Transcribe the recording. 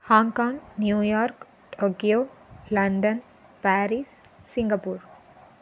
Hong Kong New York Tokyo London Paris Singapore